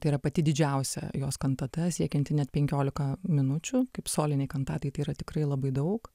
tai yra pati didžiausia jos kantata siekianti net penkiolika minučių kaip soliniai kantatai tai yra tikrai labai daug